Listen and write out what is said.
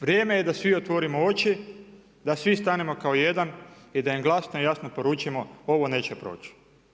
Vrijeme je da svi otvorimo oči, da svi stanemo kao jedan i da im glasno i jasno poručimo ovo neće proći.